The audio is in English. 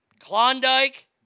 Klondike